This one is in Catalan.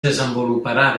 desenvoluparà